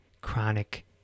chronic